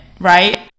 right